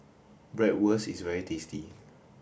Bratwurst is very tasty